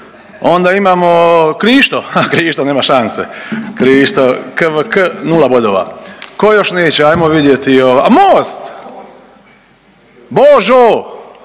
onda imamo Krišto, ha Krišto nema šanse, Krišto, KVK nula bodova, ko još neće ajmo vidjeti, a Most, Boooožo